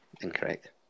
Incorrect